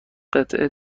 قطعه